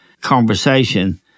conversation